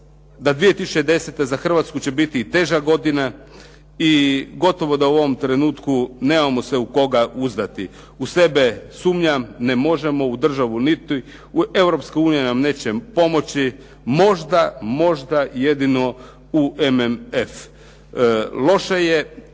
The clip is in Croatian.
da 2010. za Hrvatsku će biti teža godina i gotovo da u ovome trenutku nemamo se u koga uzdati. U sebe sumnjam ne možemo, u državu niti, Europska unija nam neće pomoći, možda, možda jedino u MMF. Loše je